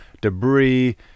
debris